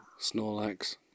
Snorlax